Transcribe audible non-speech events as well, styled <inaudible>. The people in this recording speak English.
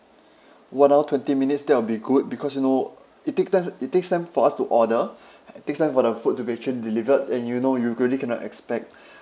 one hour twenty minutes that will be good because you know it take time it takes time for us to order it takes time for the food to be actually delivered and you know you really cannot expect <breath>